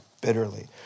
bitterly